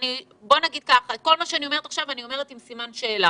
כל מה שאני אומרת עכשיו נאמר עם סימן שאלה